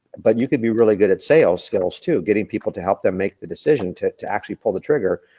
but you could be really good at sales skills, too, getting people to help them make the decision to to actually pull the trigger.